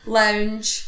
lounge